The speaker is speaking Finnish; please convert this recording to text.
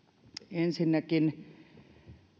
ensinnäkin